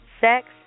Sex